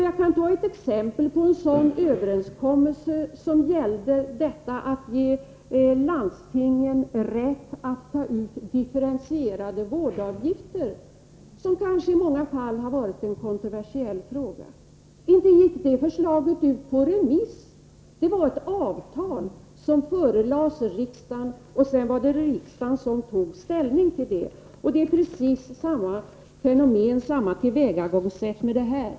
Jag kan som exempel på en sådan överenskommelse anföra den som gällde landstingens rätt att ta ut differentierade vårdavgifter, vilket kanske i många fall har varit en kontroversiell fråga. Inte gick det förslaget ut på remiss! Det var ett avtal som förelades riksdagen, och sedan var det riksdagen som tog ställning till det. Precis samma tillvägagångssätt har tillämpats här.